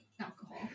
alcohol